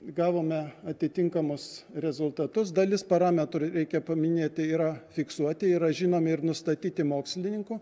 gavome atitinkamus rezultatus dalis parametrų reikia paminėti yra fiksuoti yra žinomi ir nustatyti mokslininkų